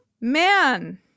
Man